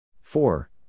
Four